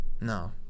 No